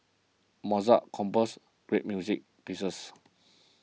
Mozart composed great music pieces